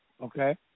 okay